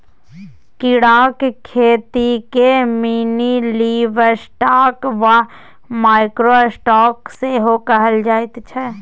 कीड़ाक खेतीकेँ मिनीलिवस्टॉक वा माइक्रो स्टॉक सेहो कहल जाइत छै